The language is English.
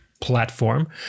platform